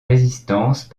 résistance